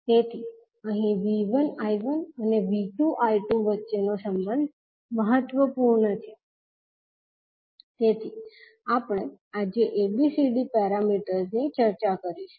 તેથી અહીં 𝐕1 𝐈𝟏 અને 𝐕2 I2 વચ્ચેનો સંબંધ મહત્વપૂર્ણ છે તેથી આપણે આજે ABCD પેરામીટર્સની ચર્ચા કરીશું